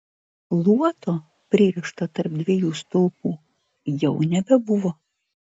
luoto pririšto tarp dviejų stulpų jau nebebuvo